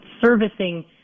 servicing